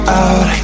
out